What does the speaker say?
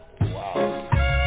Wow